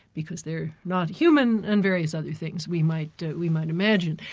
because they're not human and various other things we might we might imagine.